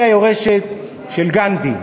היא היורשת של גנדי,